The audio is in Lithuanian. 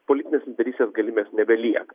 politinės lyderystės galybės nebelieka